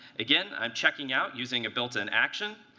again, i'm checking out using a built-in action,